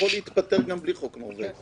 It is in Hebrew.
יכול להתפטר גם בלי חוק נורווגי,